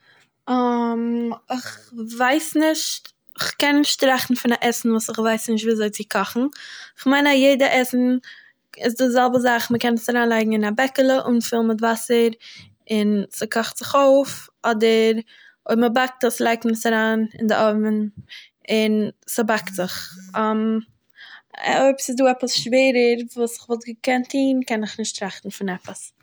איך ווייס נישט כ'קען נישט טראכטן פון א עסן וואס איך ווייס נישט ווי אזוי צו קאכן, איך מיין אז יעדע עסן איז די זעלבע זאך מ'קען עס אריינלייגן אין א בעקעלע אנפילן מיט וואסער און ס'קאכט זיך אויף אדער אויב מ'באקט עס לייגט מען עס אריין אין די אווען, און... ס'באקט זיך, ע אויב ס'איז דא עפעס שווערע וואס כ'וואלט געקענט טוהן קען איך נישט טראכטן פון עפעס.